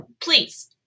please